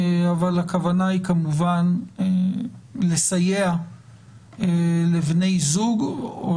אבל הכוונה היא כמובן לסייע לבני זוג או